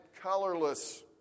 colorless